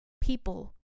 people